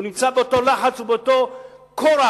הוא נמצא באותו לחץ ובאותו כורח,